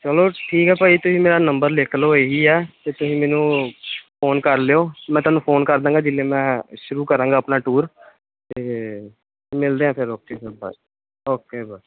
ਚਲੋ ਠੀਕ ਆ ਭਾਅ ਜੀ ਤੁਸੀਂ ਮੇਰਾ ਨੰਬਰ ਲਿਖ ਲਿਓ ਇਹੀ ਹੈ ਅਤੇ ਤੁਸੀਂ ਮੈਨੂੰ ਫੋਨ ਕਰ ਲਿਓ ਮੈਂ ਤੁਹਾਨੂੰ ਫੋਨ ਕਰ ਦਾਂਗਾ ਜਿਵੇਂ ਮੈਂ ਸ਼ੁਰੂ ਕਰਾਂਗਾ ਆਪਣਾ ਟੂਰ ਅਤੇ ਮਿਲਦੇ ਹਾਂ ਫਿਰ ਓਕੇ ਫਿਰ ਬਾਏ ਓਕੇ ਬਾਏ